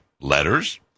Letters